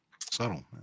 subtle